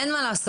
אין מה לעשות,